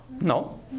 No